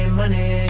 money